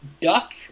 duck